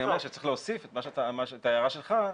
אני אומר שצריך להוסיף את ההערה שלך,